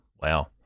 Wow